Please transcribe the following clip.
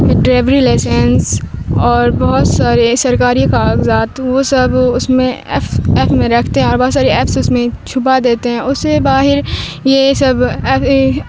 ڈریوری licence اور بہت سارے سرکاری کاغذات وہ سب اس میں ایف ایف میں رکھتے ہیں اور بہت سارے ایفس اس میں چھبا دیتے ہیں اس سے باہر یہ سب